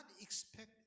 expect